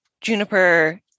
Juniper